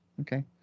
okay